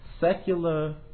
secular